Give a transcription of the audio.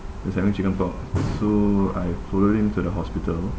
just having chicken pox so I followed him to the hospital